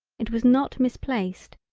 it was not misplaced,